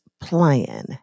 plan